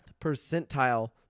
percentile